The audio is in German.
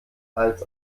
als